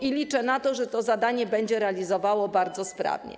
I liczę na to, że to zadanie będzie realizowane bardzo sprawnie.